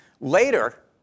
Later